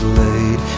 laid